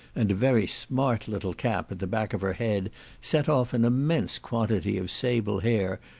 and a very smart little cap at the back of her head set off an immense quantity of sable hair,